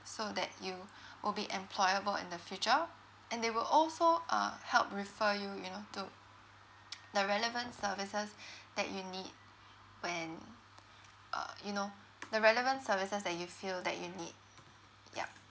so that you will be employable in the future and they will also uh help refer you you know to the relevant services that you need when uh you know the relevant services that you feel that you need yup